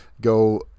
Go